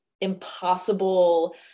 impossible